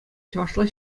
чӑвашла